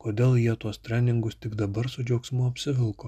kodėl jie tuos treningus tik dabar su džiaugsmu apsivilko